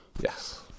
yes